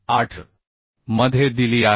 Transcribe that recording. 8 मध्ये दिली आहेत